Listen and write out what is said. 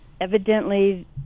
Evidently